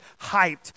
hyped